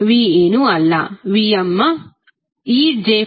V ಏನೂ ಅಲ್ಲ Vmej∅Vm∠∅